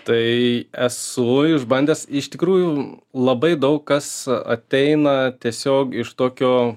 tai esu išbandęs iš tikrųjų labai daug kas ateina tiesiog iš tokio